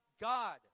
God